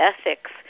ethics